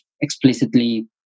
explicitly